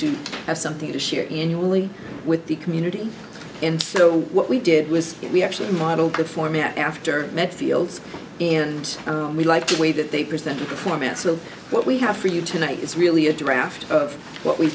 to have something to share in you only with the community and so what we did was we actually modeled the format after medfield and we liked the way that they presented the format so what we have for you tonight is really a draft of what we